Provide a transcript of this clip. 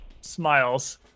smiles